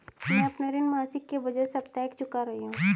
मैं अपना ऋण मासिक के बजाय साप्ताहिक चुका रही हूँ